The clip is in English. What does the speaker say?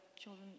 children